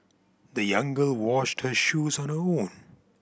the young girl washed her shoes on her own